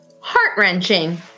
heart-wrenching